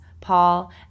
Paul